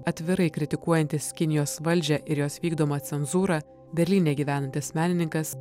atvirai kritikuojantis kinijos valdžią ir jos vykdomą cenzūrą berlyne gyvenantis menininkas